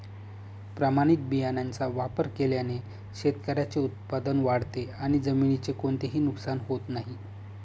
प्रमाणित बियाण्यांचा वापर केल्याने शेतकऱ्याचे उत्पादन वाढते आणि जमिनीचे कोणतेही नुकसान होत नाही